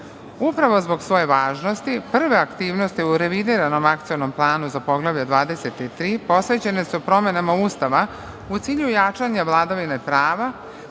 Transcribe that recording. pravo. Upravo zbog svoje važnosti prve aktivnosti u revidiranom akcionom planu za Poglavlje 23 posvećene su promenama Ustava u cilju jačanja vladavine prava